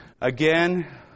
Again